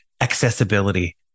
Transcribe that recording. accessibility